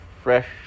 Fresh